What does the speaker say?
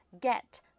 Get